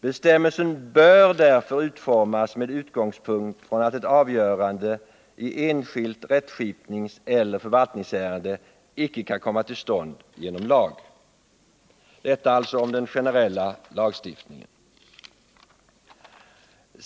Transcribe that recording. Bestämmelsen bör därför utformas med utgångspunkt från att ett avgörande i enskilt rättskipningseller förvaltningsärende inte kan komma till stånd genom lag.” Detta om den generella lagstiftningen.